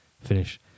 finish